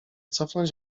cofnąć